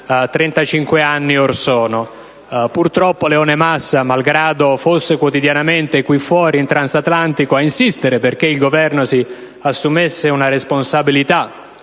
35 anni or sono. Purtroppo Leone Massa, malgrado fosse quotidianamente qui fuori, in Transatlantico, a insistere perché il Governo si assumesse una responsabilità